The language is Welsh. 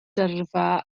dyrfa